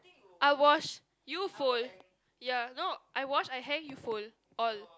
I wash you fold ya no I wash I hang you fold all